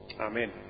Amen